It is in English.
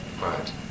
Right